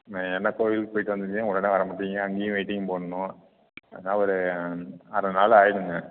என்ன கோவிலுக்கு போய்ட்டு வந்துடுவிங்க உடனே வரமாட்டீங்க அங்கேயும் வெய்ட்டிங் போடணும் அதான் ஒரு அரைநாள் ஆகிடுங்க